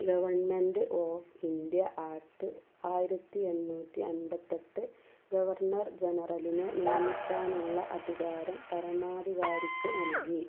government of India act ആയിരത്തി എണ്ണൂറ്റി അൻപത്തെട്ട് ഗവർണർ ജനറലിനെ നിയമിക്കാനുള്ള അധികാരം പരമാധികാരിക്ക് നൽകി